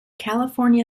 california